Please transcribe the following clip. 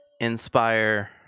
inspire